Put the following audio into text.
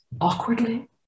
awkwardly